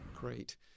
Great